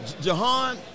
Jahan